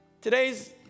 today's